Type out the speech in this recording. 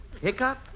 Hiccup